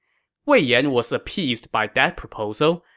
wei yan was appeased by that proposal,